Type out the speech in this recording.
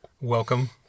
welcome